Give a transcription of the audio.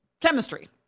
chemistry